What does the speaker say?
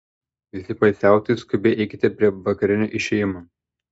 visi poilsiautojai skubiai eikite prie vakarinio išėjimo